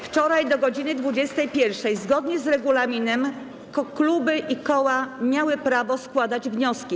Wczoraj do godz. 21 zgodnie z regulaminem kluby i koła miały prawo składać wnioski.